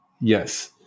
Yes